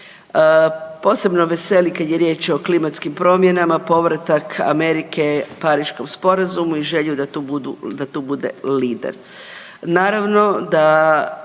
Posebno veseli kada je riječ o klimatskim promjenama povratak Amerike Pariškom sporazumu i želju da tu bude lider.